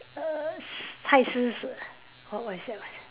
err s~ 太奢侈 wh~ what is that word